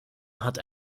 hat